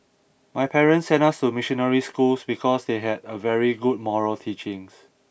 my parents sent us to missionary schools because they had a very good moral teachings